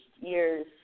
years